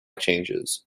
changes